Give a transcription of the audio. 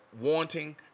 wanting